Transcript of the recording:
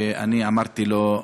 ואמרתי לו: